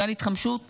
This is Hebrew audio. גל התחמשות מסיבי,